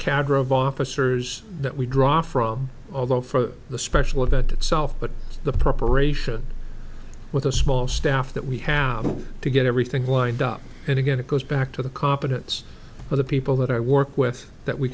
of officers that we draw from although for the special event itself but the preparation with a small staff that we have to get everything lined up and again it goes back to the competence of the people that i work with that we